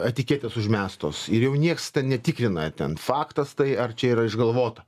etiketės užmestos ir jau nieks ten netikrina ten faktas tai ar čia yra išgalvota